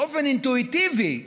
באופן אינטואיטיבי,